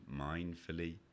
mindfully